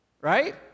Right